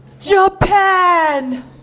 Japan